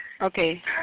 Okay